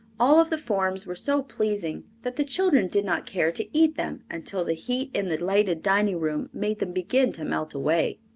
all of the forms were so pleasing that the children did not care to eat them until the heat in the lighted dining room made them begin to melt away.